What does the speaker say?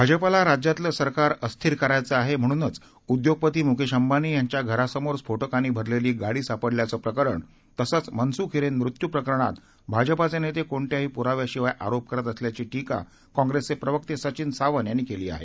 भाजपाला राज्यातलं सरकार अस्थिर करायचं आहे म्हणूनच उद्योगपती मुकेश अंबानी यांच्या घरासमोर स्फोटकांनी भरलेली गाडी सापडल्याचं प्रकरण तसंच मनसुख हिरेन मृत्यू प्रकरणात भाजपाचे नेते कोणत्याही पुराव्याशिवाय आरोप करत असल्याची टीका काँग्रेसचे प्रवक्ते सचिन सावंत यांनी केली आहे